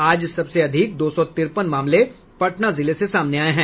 आज सबसे अधिक दो सौ तिरपन मामले पटना जिले से सामने आये हैं